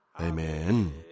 Amen